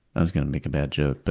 i was going to make a bad joke. but